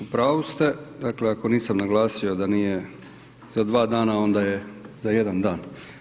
U pravu ste, dakle ako nisam naglasio da nije za dva dana onda je za jedan dan.